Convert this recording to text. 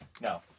No